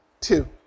two